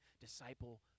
disciple